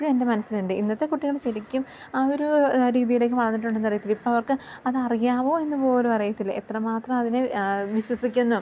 ഇപ്പോഴും എൻ്റെ മനസ്സിലുണ്ട് ഇന്നത്തെ കുട്ടികൾ ശരിക്കും ആ ഒരു രീതിയിലേക്ക് വളർന്നിട്ടുണ്ടെന്നറിയത്തില്ല ഇപ്പം അവർക്ക് അതറിയാമോ എന്നു പോലും അറിയത്തില്ലേ എത്ര മാത്രം അതിനെ വിശ്വസിക്കുന്നു